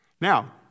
Now